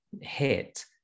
hit